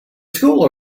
school